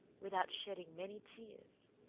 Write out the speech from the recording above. without shedding many tears.